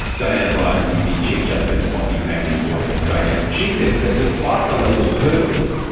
diana bryant is the chief justice of the family court of australia. she says that despite the legal hurdles,